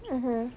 mmhmm